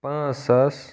پَانژھ ساس